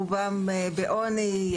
רובם בעוני,